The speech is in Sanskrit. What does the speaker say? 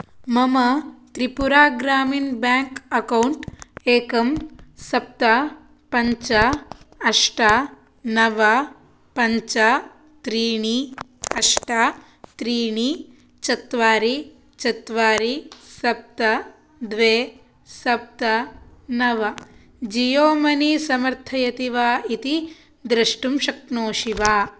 मम त्रिपुरा ग्रामिन् बेङ्क् अकौण्ट् एकं सप्त पञ्च अष्ट नव पञ्च त्रीणि अष्ट त्रीणि चत्वारि चत्वारि सप्त द्वे सप्त नव जीयो मनी समर्थयति वा इति द्रष्टुं शक्नोषि वा